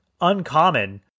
uncommon